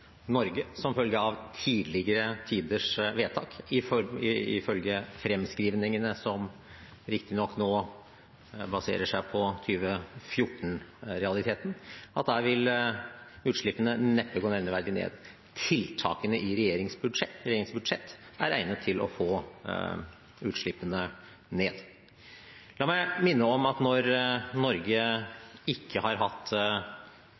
Norge, som følge av tidligere tiders vedtak ifølge fremskrivningene, som riktignok baserer seg på 2014-realiteten, neppe vil gå nevneverdig ned. Tiltakene i regjeringens budsjett er egnet til å få utslippene ned. La meg minne om at når Norge ikke har hatt